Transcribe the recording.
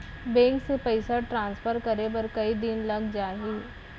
Bank से पइसा transfer करे बर कई दिन लग जाही?